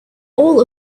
all